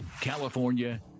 California